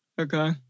okay